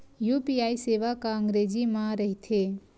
UPI सेवा का अंग्रेजी मा रहीथे?